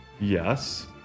yes